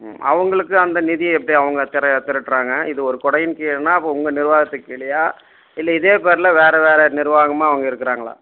ம் அவங்களுக்கு அந்த நிதியை எப்படி அவங்க திரட்டுகிறாங்க இது ஒரு கொடையின் கீழ்னா அப்போ உங்கள் நிர்வாகத்துக்கு கீழேயா இல்லை இதே பேரில் வேறு வேறு நிர்வாகமாக அவங்க இருக்கிறாங்களா